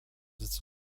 its